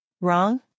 Wrong